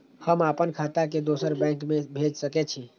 हम आपन खाता के दोसर बैंक में भेज सके छी?